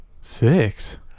six